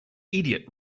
idiot